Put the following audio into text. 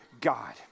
God